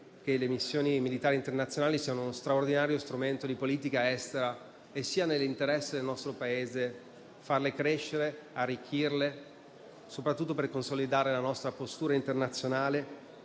che le missioni militari internazionali siano uno straordinario strumento di politica estera e che sia nell'interesse del nostro Paese farle crescere ed arricchirle, soprattutto per consolidare la nostra postura internazionale